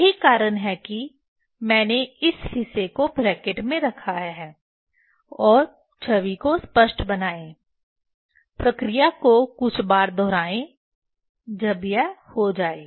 यही कारण है कि मैंने इस हिस्से को ब्रैकेट में रखा है और छवि को स्पष्ट बनाएं प्रक्रिया को कुछ बार दोहराएं जब यह हो जाए